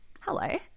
Hello